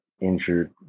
injured